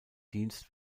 dienst